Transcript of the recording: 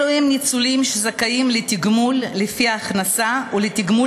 אלו הם ניצולים שזכאים לתגמול לפי ההכנסה ולתגמול